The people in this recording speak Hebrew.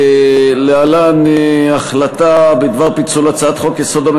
להלן החלטה בדבר פיצול הצעת חוק-יסוד: